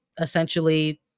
essentially